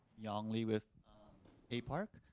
yang li with aparc.